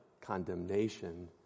condemnation